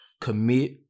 commit